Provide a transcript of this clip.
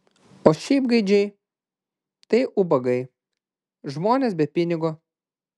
o šiaip gaidžiai tai ubagai žmonės be pinigo